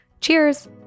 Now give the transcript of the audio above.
Cheers